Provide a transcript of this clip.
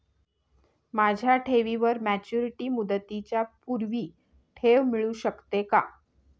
माझ्या ठेवीवर मॅच्युरिटी मुदतीच्या पूर्वी ठेव मिळू शकते का?